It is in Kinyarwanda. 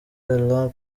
elan